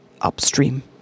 upstream